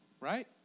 right